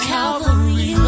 Calvary